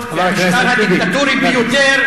מי שתקף אותנו,